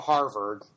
Harvard